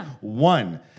one